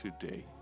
today